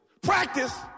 Practice